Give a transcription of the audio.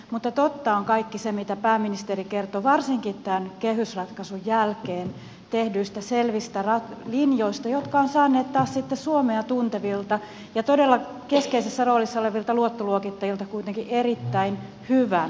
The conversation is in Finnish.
mutta totta on kaikki se mitä pääministeri kertoi varsinkin tämän kehysratkaisun jälkeen tehdyistä selvistä linjoista jotka ovat saaneet taas sitten suomea tuntevilta ja todella keskeisessä roolissa olevilta luottoluokittajilta kuitenkin erittäin hyvän arvion